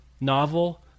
novel